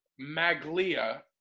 Maglia